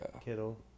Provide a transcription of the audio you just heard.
Kittle